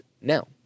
now